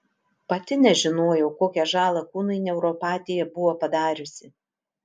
pati nežinojau kokią žalą kūnui neuropatija buvo padariusi